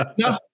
No